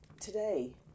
today